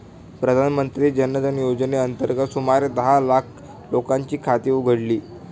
प्रधानमंत्री जन धन योजनेअंतर्गत सुमारे दहा लाख लोकांची खाती उघडली